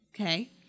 Okay